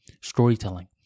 storytelling